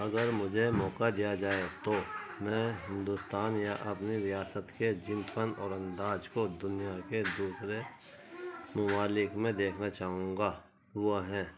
اگر مجھے موقع دیا جائے تو میں ہندوستان یا اپنی ریاست کے جن فن اور انداز کو دنیا کے دوسرے ممالک میں دیکھنا چاہوں گا وہ ہیں